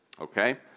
okay